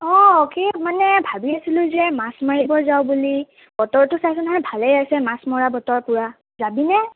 অঁ কি মানে ভাবি আছিলোঁ যে মাছ মাৰিব যাওঁ বুলি বতৰটো চাইছোঁ নাই ভালে আছে মাছ মৰা বতৰ পূৰা যাবিনে